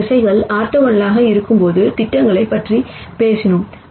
இந்த திசைகள் ஆர்த்தோகனலாக இருக்கும்போது திட்டங்களைப் பற்றியும் பேசினோம்